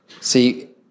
See